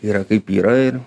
yra kaip yra ir